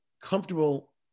comfortable